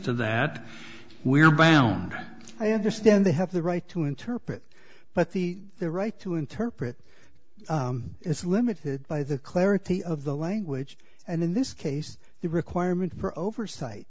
to that we're bound i understand they have the right to interpret but the the right to interpret is limited by the clarity of the language and in this case the requirement for oversight